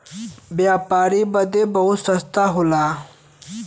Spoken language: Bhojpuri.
व्यापारी बदे बहुते रस्ता होला